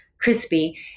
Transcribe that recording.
crispy